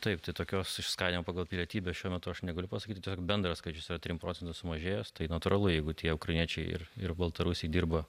taip tai tokios skaidymo pagal pilietybes šiuo metu aš negaliu pasakyti tik bendras skaičius yra trim procentais sumažėjęs tai natūralu jeigu tie ukrainiečiai ir ir baltarusiai dirba